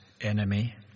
enemy